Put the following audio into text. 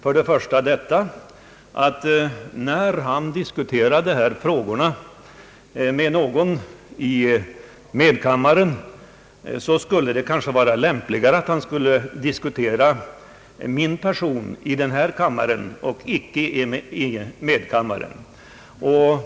För det första skulle jag önska att handelsministern, i stället för att diskutera den frågan med någon i medkammaren, ville diskutera min person i denna kammare.